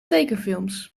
tekenfilms